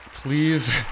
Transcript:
Please